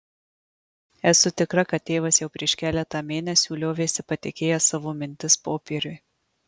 esu tikra kad tėvas jau prieš keletą mėnesių liovėsi patikėjęs savo mintis popieriui